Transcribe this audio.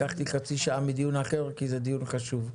לקחתי חצי שעה מדיון אחר, כי זה דיון חשוב.